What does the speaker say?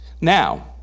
Now